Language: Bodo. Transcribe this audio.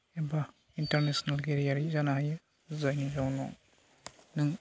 एबा इन्टारनेसनेल गेलेयारि जानो हायो जायनि जाहोनाव नों